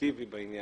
אקטיבי בעניין,